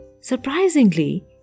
Surprisingly